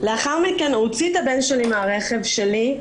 לאחר מכן הוא הוציא את הבן שלי מן הרכב שלי,